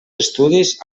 estudis